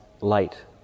light